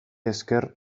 esker